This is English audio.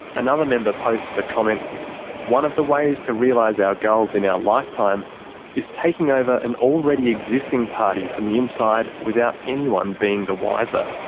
another member posts a comment one of the ways to realise our goals in our lifetime is taking over an already existing party from the inside without anyone being the wiser.